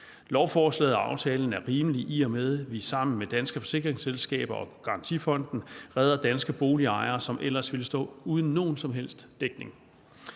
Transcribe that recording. Lovforslaget og aftalen er rimelig, i og med at vi sammen med danske forsikringsselskaber og garantifonden redder danske boligejere, som ellers ville stå uden nogen som helst dækning.